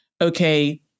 okay